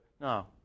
no